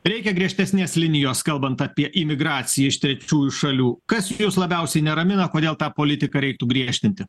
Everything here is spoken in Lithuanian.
reikia griežtesnės linijos kalbant apie imigraciją iš trečiųjų šalių kas jus labiausiai neramina kodėl tą politiką reiktų griežtinti